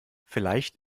vielleicht